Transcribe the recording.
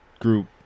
group